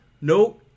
No